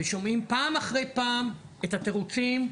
ושומעים פעם אחרי פעם את התירוצים,